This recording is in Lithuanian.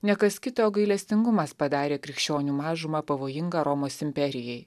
ne kas kita o gailestingumas padarė krikščionių mažumą pavojingą romos imperijai